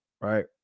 Right